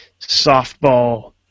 softball